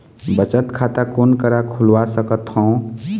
बचत खाता कोन करा खुलवा सकथौं?